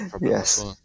yes